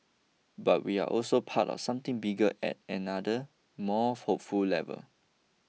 but we are also part of something bigger at another more hopeful level